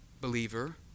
believer